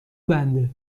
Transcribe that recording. بنده